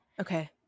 Okay